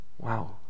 wow